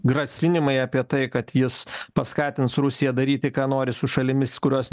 grasinimai apie tai kad jis paskatins rusiją daryti ką nori su šalimis kurios